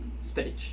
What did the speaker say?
Spinach